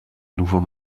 nouveau